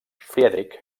friedrich